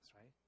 right